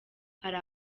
hari